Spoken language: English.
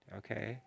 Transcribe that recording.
okay